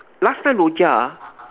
last time Rojak ah